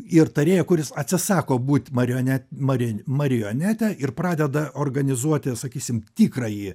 ir tarėją kuris atsisako būti marione mari marionete ir pradeda organizuoti sakysime tikrąjį